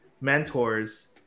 mentors